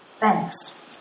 Thanks